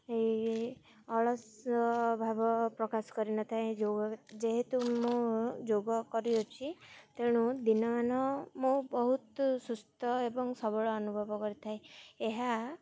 ଏଇ ଅଳସଭାବ ପ୍ରକାଶ କରିନଥାଏ ଯ ଯେହେତୁ ମୁଁ ଯୋଗ କରିଅଛି ତେଣୁ ଦିନମାନ ମୁଁ ବହୁତ ସୁସ୍ଥ ଏବଂ ସବଳ ଅନୁଭବ କରିଥାଏ ଏହା